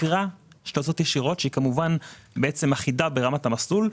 התקרה אחידה ברמת המסלול,